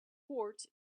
port